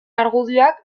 argudioak